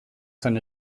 seine